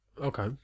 Okay